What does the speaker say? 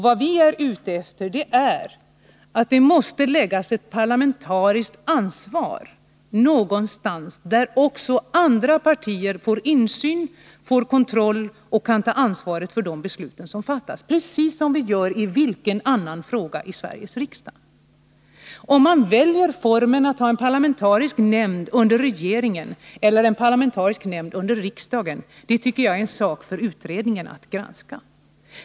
Vad vi är ute efter är att lägga ett parlamentariskt ansvar någonstans, där också andra partier får insyn och kontroll och kan ta ansvar för de beslut som fattas, precis som vi gör i varje annan fråga i Sveriges riksdag. Om man skall välja att ha en parlamentarisk nämnd under regeringen eller en parlamentarisk nämnd under riksdagen tycker jag är en sak för den nu sittande utredningen att granska.